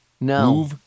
No